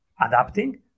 adapting